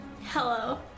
Hello